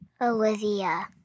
Olivia